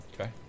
Okay